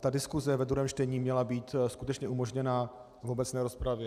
Ta diskuze ve druhém čtení měla být skutečně umožněna v obecné rozpravě.